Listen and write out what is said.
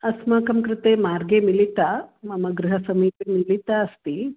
अस्माकं कृते मार्गे मिलिता मम गृहसमीपे मिलिता अस्ति